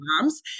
moms